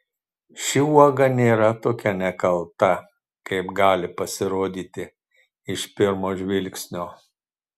ši uoga nėra tokia nekalta kaip gali pasirodyti iš pirmo žvilgsnio